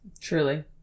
Truly